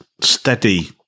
steady